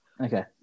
Okay